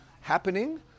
happening